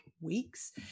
weeks